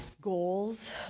goals